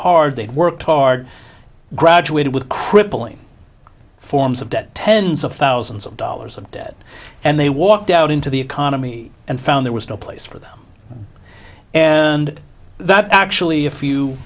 hard they worked hard graduated with crippling forms of debt tens of thousands of dollars of debt and they walked out into the economy and found there was no place for them and that actually